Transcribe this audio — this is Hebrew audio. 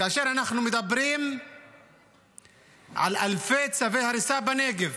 כאשר אנחנו מדברים על אלפי צווי הריסה בנגב